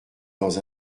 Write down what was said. dans